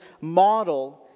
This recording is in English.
model